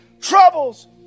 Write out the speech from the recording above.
troubles